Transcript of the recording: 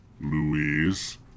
Louise